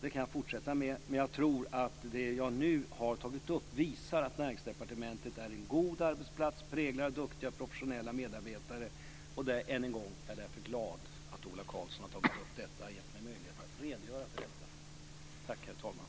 Det kan jag fortsätta med, men jag tror att det jag nu har tagit upp visar att Näringsdepartementet är en god arbetsplats präglad av duktiga och professionella medarbetare, och än en gång: Jag är därför glad att Ola Karlsson har tagit upp detta och gett mig möjlighet att redogöra för detta. Tack, herr talman!